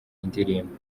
indirimbo